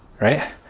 right